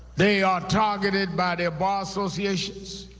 they are targeted by their bar associations.